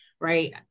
right